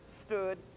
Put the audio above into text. stood